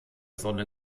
sonne